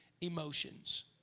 emotions